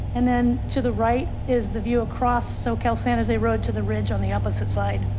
and then to the right is the view across. so cal san jose road to the ridge on the opposite side.